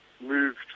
moved